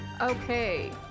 Okay